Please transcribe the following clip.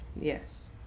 Yes